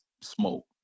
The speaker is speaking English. smoke